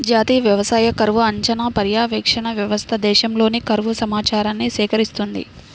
జాతీయ వ్యవసాయ కరువు అంచనా, పర్యవేక్షణ వ్యవస్థ దేశంలోని కరువు సమాచారాన్ని సేకరిస్తుంది